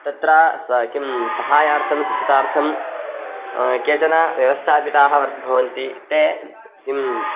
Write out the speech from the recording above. तत्र स किं सहायार्थं स्वच्छतार्थं केचन व्यवस्थापिताः वर् भवन्ति ते किं